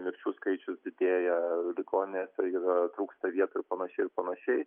mirčių skaičius didėja ligoninėse yra trūksta vietų ir panašiai ir panašiai